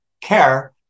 care